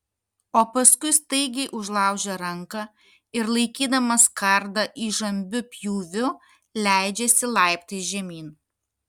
o paskui staigiai užlaužia ranką ir laikydamas kardą įžambiu pjūviu leidžiasi laiptais žemyn